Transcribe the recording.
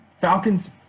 Falcons